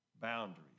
boundaries